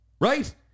right